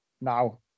now